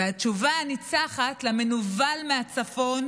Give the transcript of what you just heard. והתשובה הניצחת למנוול מהצפון,